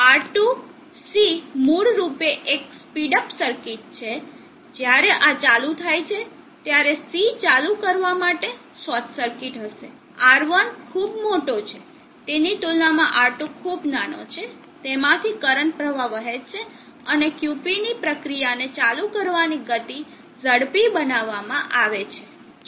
R2 C મૂળરૂપે એક speed up circuit છે જ્યારે આ ચાલુ થાય છે ત્યારે C ચાલુ કરવા માટે શોર્ટ સર્કીટ હશે R1 ખૂબ મોટો છે તેની તુલનામાં R2 ખૂબ નાનો છે તેમાંથી કરંટ પ્રવાહ વહે છે અને QP ની પ્રક્રિયાને ચાલુ કરવાની ગતિ ઝડપી બનાવે છે